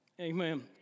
Amen